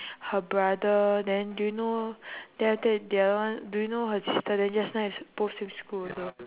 her brother then do you know then after that the other one do you know her sister then just nice both same school also